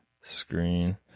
Screen